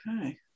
Okay